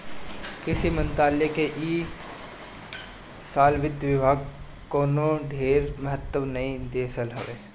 कृषि मंत्रालय के इ साल वित्त विभाग कवनो ढेर महत्व नाइ देहलस हवे